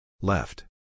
Left